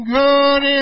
good